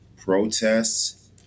protests